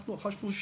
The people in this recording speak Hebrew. אנחנו רכשנו.